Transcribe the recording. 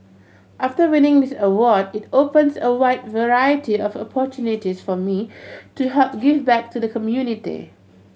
after winning this award it opens a wide variety of opportunities for me to help give back to the community